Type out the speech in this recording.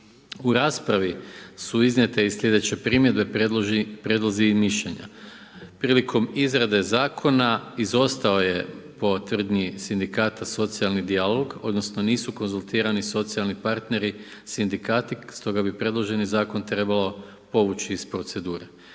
U raspravi su iznijete i sljedeće primjedbe, prijedlozi mišljenja. Prilikom izrade zakona izostao je po tvrdnji sindikata socijalni dijalog odnosno nisu konzultirani socijalni partneri sindikati, stoga bi predloženi zakon trebalo povući iz procedure.